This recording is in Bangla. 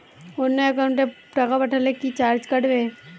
অন্য একাউন্টে টাকা পাঠালে কি চার্জ কাটবে?